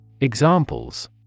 Examples